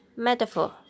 Metaphor